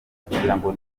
kugirango